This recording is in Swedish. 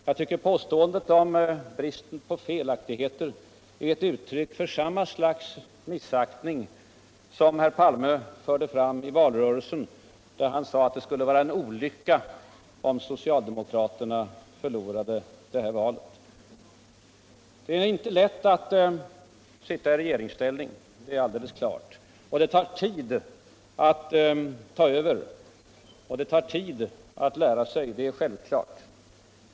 Jag tycker pästäendet om den socialdemokratiska politikens förträfflighet är eu uttryck för samma slags missaktning som herr Palme förde fram i valrörelsen, där han sade att det skulle vara en olycka om socialdemokraterna förlorade valet. Det är inte lätt a sitta i regeringsställning — det är alldeles klart -- och det tar td att ta över och att lära stg.